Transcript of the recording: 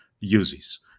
uses